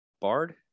Bard